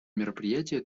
мероприятия